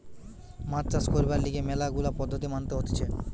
মাছ চাষ করবার লিগে ম্যালা গুলা পদ্ধতি মানতে হতিছে